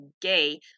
gay